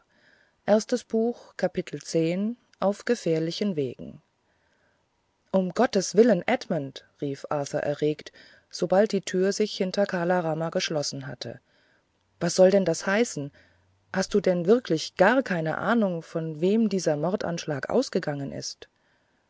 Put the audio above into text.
auf gefährlichen wegen um gottes willen edmund rief arthur erregt sobald die tür sich hinter kala rama geschlossen hatte was soll denn das heißen hast du denn wirklich gar keine ahnung von wem dieser mordanschlag ausgegangen ist